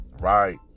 Right